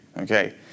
Okay